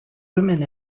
women